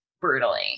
brutally